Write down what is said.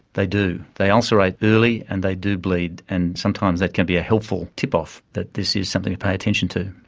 they do, they ulcerate early and they do bleed, and sometimes that can be a helpful tipoff, that this is something to pay attention to.